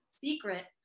secret